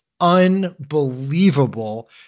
unbelievable